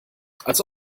als